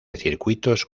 circuitos